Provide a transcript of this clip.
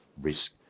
risk